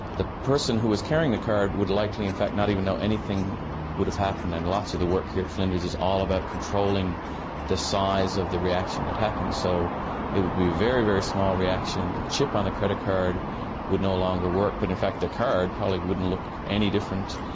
a person who was carrying the card would likely in fact not even know anything would have happened. and lots of the work here flinders is all about controlling the size of the reaction that happens. so it would be a very very small reaction. the chip on the credit card would no longer work, but in fact the card probably wouldn't look any different,